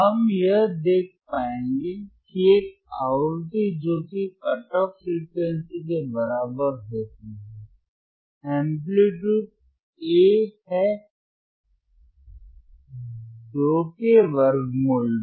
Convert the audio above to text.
हम यह देख पाएंगे कि एक आवृत्ति जो कि कट ऑफ फ़्रीक्वेंसी के बराबर होती है एम्पलीटूड A है 2 के वर्गमूल में